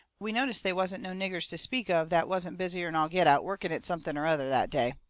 we noticed they wasn't no niggers to speak of that wasn't busier'n all get out, working at something or other, that day.